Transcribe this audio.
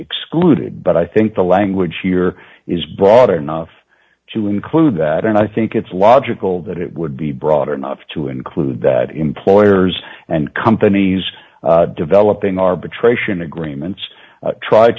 excluded but i think the language here is broad enough to include that and i think it's logical that it would be broader enough to include that employers and companies developing arbitration agreements